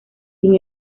sin